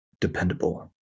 dependable